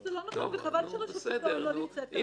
זה לא נכון, וחבל שרשות ההון לא נמצאת כאן.